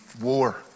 war